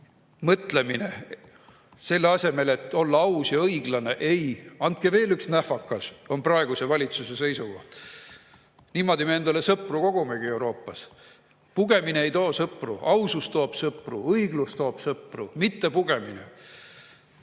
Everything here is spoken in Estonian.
mõtlemine. "Selle asemel, et olla aus ja õiglane – ei –, andke veel üks nähvakas!" See on praeguse valitsuse seisukoht. Niimoodi me endale sõpru kogumegi Euroopas. Pugemine ei too sõpru. Ausus toob sõpru. Õiglus toob sõpru. Mitte pugemine. Nii